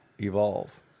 evolve